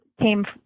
came